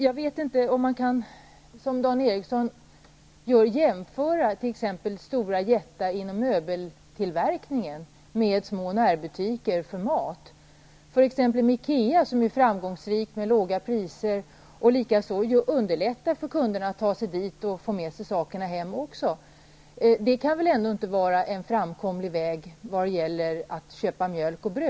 Jag vet inte om man kan, som Dan Eriksson gör, jämföra t.ex. jättar inom möbeltillverkningen med små livsmedelsbutiker. Att ha affärer som Ikea, som ju är framgångsrik med låga priser och som underlättar för kunderna att ta sig dit och få med sig sina saker hem, kan väl inte vara en framkomlig väg när det gäller att köpa mjölk och bröd.